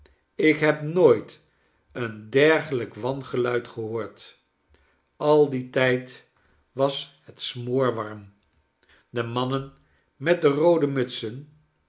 ik heb nooit een dergelijk wangeluid gehoord al dien tijd was het smoorwarm de mannen met roode mutsen